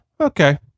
okay